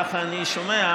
כך אני שומע,